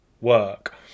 work